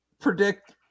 predict